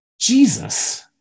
Jesus